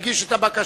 הגיש את הבקשה,